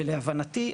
ולהבנתי,